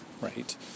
right